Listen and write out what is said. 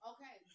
Okay